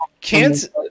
Kansas